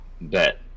Bet